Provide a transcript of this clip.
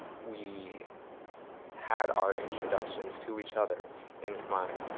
we had our introductions to each other in khmer.